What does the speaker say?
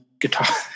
guitar